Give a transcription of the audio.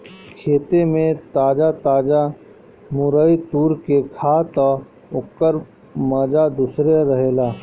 खेते में ताजा ताजा मुरई तुर के खा तअ ओकर माजा दूसरे रहेला